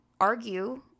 argue